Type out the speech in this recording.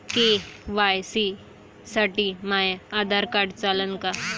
KYC साठी माह्य Aadhaar card चालन का?